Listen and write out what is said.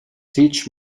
teach